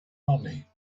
money